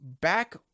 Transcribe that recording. back